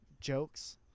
jokes